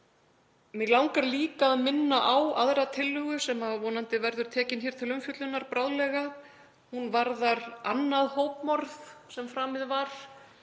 Mig langar líka að minna á aðra tillögu sem verður vonandi tekin hér til umfjöllunar bráðlega. Hún varðar annað hópmorð sem framið var